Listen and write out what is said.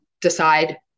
decide